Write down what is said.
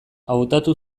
hautatu